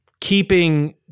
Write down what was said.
Keeping